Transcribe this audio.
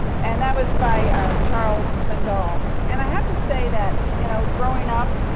and that was by charles swindoll. and i have to say that, you know, growing up,